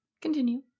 Continue